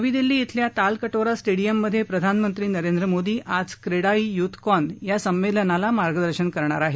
नवी दिल्ली खिल्या तालकटोरा स्टेडियममधे प्रधानमंत्री नरेंद्र मोदी आज क्रेडाई यूथकॉन या संमेलनाला मार्गदर्शन करणार आहेत